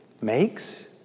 makes